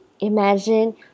Imagine